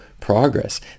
progress